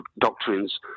doctrines